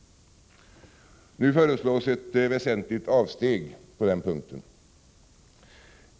Nu föreslås ett väsentligt avsteg på den punkten.